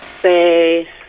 say